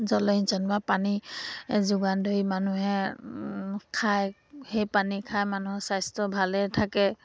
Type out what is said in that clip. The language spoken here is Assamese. জলসিঞ্চন বা পানী যোগান ধৰি মানুহে খায় সেই পানী খাই মানুহৰ স্বাস্থ্য ভালে থাকে